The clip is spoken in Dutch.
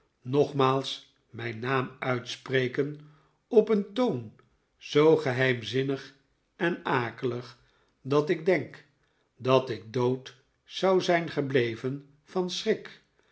nogmaals mijn naam uitspreken op een toon zoo geheimzinnig en akelig dat ik denk dat ik dood zou zijn gebleven van schrik